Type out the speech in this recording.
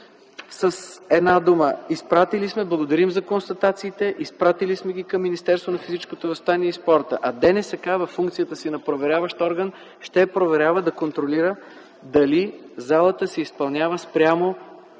С една дума: благодарим за констатациите, изпратили сме ги към Министерството на физическото възпитание и спорта, а ДНСК във функцията си на проверяващ орган ще проверява, ще контролира дали залата се изпълнява спрямо